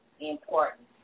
important